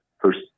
first